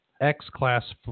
X-class